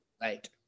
Right